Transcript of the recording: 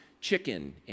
chicken